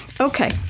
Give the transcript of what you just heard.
Okay